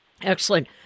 Excellent